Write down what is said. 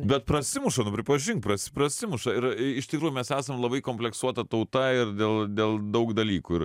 bet prasimuša nu pripažink pras prasimuša ir iš tikrųjų mes esam labai kompleksuota tauta ir dėl dėl daug dalykų ir